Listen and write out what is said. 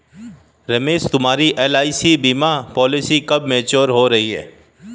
रमेश तुम्हारी एल.आई.सी बीमा पॉलिसी कब मैच्योर हो रही है?